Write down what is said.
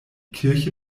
kirche